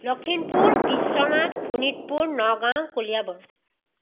Lakhimpur Biswanath Sonitpur Nagaon Kaliabor